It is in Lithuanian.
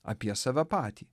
apie save patį